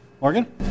Morgan